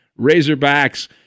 Razorbacks